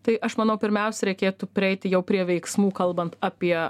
tai aš manau pirmiausia reikėtų prieiti jau prie veiksmų kalbant apie